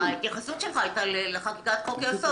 ההתייחסות שלך הייתה לחקיקת חוק היסוד.